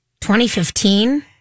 2015